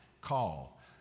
call